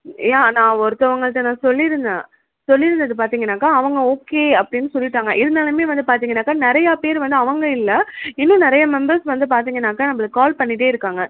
யா நான் ஒருத்தவங்கள்கிட்ட நான் சொல்லியிருந்தேன் சொல்லியிருந்தது பார்த்திங்கன்னாக்க அவங்க ஓகே அப்படின்னு சொல்லிட்டாங்க இருந்தாலுமே வந்து பார்த்திங்கன்னாக்க நிறையா பேரு வந்து அவங்க இல்லை இன்னும் நிறைய மெம்பர்ஸ் வந்து பார்த்திங்கன்னாக்க நம்பளுக்கு கால் பண்ணிகிட்டே இருக்காங்க